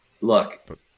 look